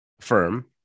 firm